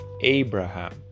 Abraham